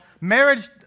marriage